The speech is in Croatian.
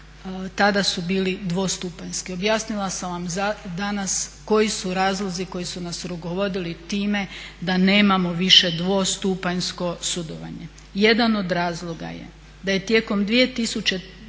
tada su bili dvostupanjski. Objasnila sam vam danas koji su razlozi koji su nas rukovodili time da nemamo više dvostupanjsko sudovanje. Jedan od razloga je da je tijekom 2014.